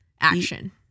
action